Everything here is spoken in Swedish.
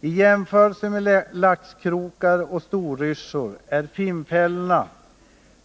I jämförelse med laxkrokar och storryssjor är finnfällorna,